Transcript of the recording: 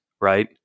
right